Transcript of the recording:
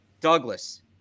Douglas